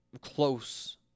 close